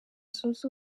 zunze